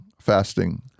fasting